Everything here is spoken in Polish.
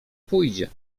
pójdzie